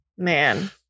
Man